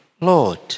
Lord